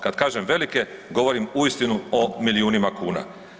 Kad kažem velike govorim uistinu o milijunima kuna.